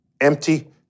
empty